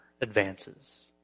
advances